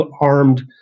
armed